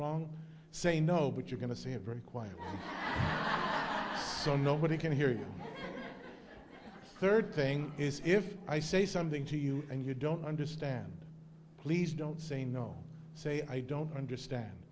wrong say no but you're going to say very quiet so nobody can hear you third thing is if i say something to you and you don't understand please don't say no say i don't understand